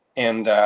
and